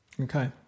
Okay